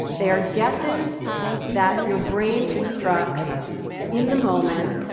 they are guesses that your brain constructs in the moment